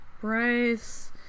Bryce